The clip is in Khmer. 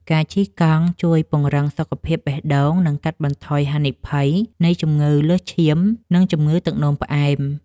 ការជិះកង់ជួយពង្រឹងសុខភាពបេះដូង និងកាត់បន្ថយហានិភ័យនៃជំងឺលើសឈាម និងជំងឺទឹកនោមផ្អែម។